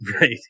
Right